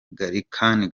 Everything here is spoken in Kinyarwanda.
gallican